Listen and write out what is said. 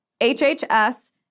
HHS